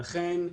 לכן,